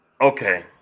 Okay